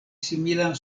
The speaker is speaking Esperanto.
similan